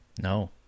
No